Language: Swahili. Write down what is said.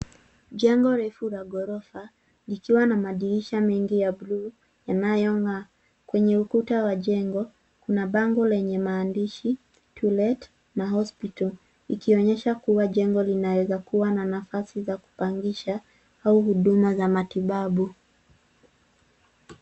Jengo refu la ghorofa likiwa na madirisha mengi ya bluu yanayong'aa. Kwenye ukuta wa jengo, kuna bango lenye maandishi [cs)to let na hospital ikionyesha kuwa jengo linaezakua na nafasi za kupangisha au huduma za matibabu.